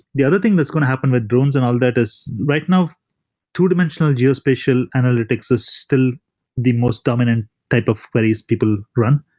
the other thing that's going to happen with drones and all that is right now two-dimensional geospatial analytics is still the most dominant type of queries people run,